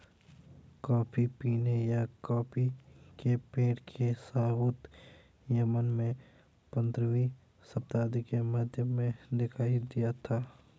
coffee पीने या coffee के पेड़ के सबूत यमन में पंद्रहवी शताब्दी के मध्य में दिखाई दिया था